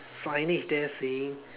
signage there saying